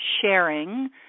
sharing